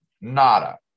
nada